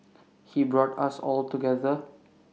he brought us all together